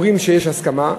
אומרים שיש הסכמה,